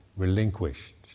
relinquished